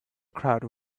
crowd